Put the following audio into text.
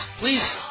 please